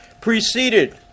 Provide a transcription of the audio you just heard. preceded